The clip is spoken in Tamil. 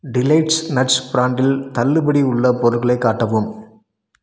டிலைட்ஸ் நட்ஸ் ப்ராண்டில் தள்ளுபடி உள்ள பொருட்களை காட்டவும்